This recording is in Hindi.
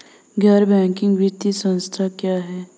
गैर बैंकिंग वित्तीय संस्था क्या है?